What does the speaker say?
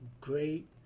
great